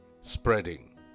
spreading